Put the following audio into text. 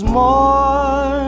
more